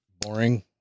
boring